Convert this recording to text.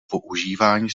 používání